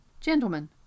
Gentlemen